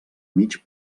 mig